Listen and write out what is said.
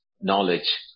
knowledge